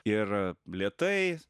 ir lėtai